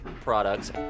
products